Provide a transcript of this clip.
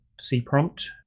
C-Prompt